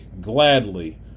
gladly